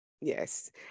yes